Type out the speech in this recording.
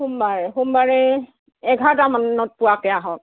সোমবাৰ সোমবাৰে এঘাৰটা মানত পোৱাকৈ আহক